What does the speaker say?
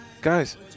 guys